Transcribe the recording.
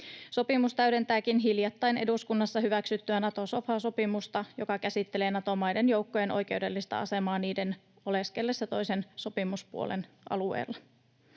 Sopimus täydentääkin hiljattain eduskunnassa hyväksyttyä Nato-sofa-sopimusta, joka käsittelee Nato-maiden joukkojen oikeudellista asemaa niiden oleskellessa toisen sopimuspuolen alueella.